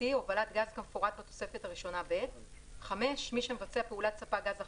הובלת גז כמפורט בתוספת הראשונה ב'; (5) מי שמבצע פעולת ספק גז אחרת,